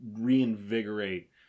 reinvigorate